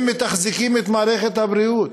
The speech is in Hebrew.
הם מתחזקים את מערכת הבריאות.